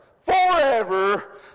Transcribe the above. forever